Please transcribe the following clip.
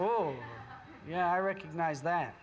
oh yeah i recognize that